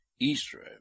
Israel